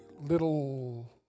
little